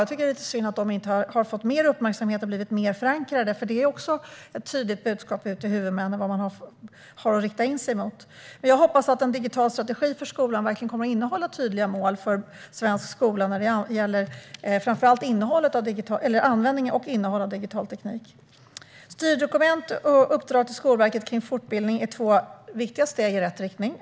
Jag tycker att det är lite synd att dessa inte har fått mer uppmärksamhet och blivit mer förankrade, för det här är också ett tydligt budskap till huvudmännen om vad man har att rikta in sig mot. Jag hoppas att en digital strategi för skolan verkligen kommer att innehålla tydliga mål, framför allt när det gäller användningen av och innehållet i digital teknik. Styrdokument och uppdrag till Skolverket beträffande fortbildning är absolut två viktiga steg i rätt riktning.